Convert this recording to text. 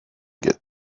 get